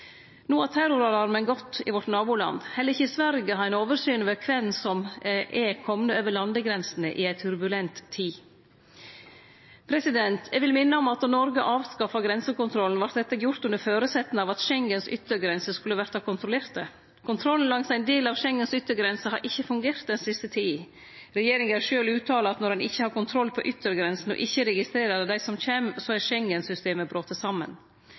No har terroralarmen gått i nabolandet vårt. Heller ikkje i Sverige har ein oversyn over kven som er komne over landegrensene i ei turbulent tid. Eg vil minne om at då Noreg avskaffa grensekontrollen, vart dette gjort under føresetnad av at Schengens yttergrenser skulle verte kontrollerte. Kontrollen langs ein del av Schengens yttergrenser har ikkje fungert den siste tida. Regjeringa har sjølv uttala at når ein ikkje har kontroll på yttergrensene og ikkje registrerer dei som kjem, er Schengen-systemet brote saman.